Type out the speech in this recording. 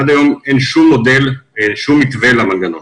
עד היום אין שום מתווה למנגנון.